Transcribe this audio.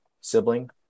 sibling